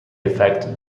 effect